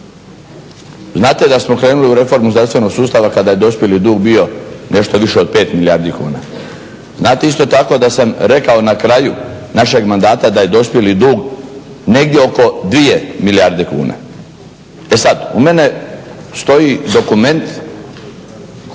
Znate da smo krenuli u reformu zdravstvenog sustava kada je dospjeli dug bio nešto više od 5 milijardi kuna. Znate isto tako da sam rekao na kraju našeg mandata da je dospjeli dug negdje oko 2 milijarde kuna. E sad, u mene stoji dokument